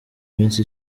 minsi